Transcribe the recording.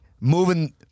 moving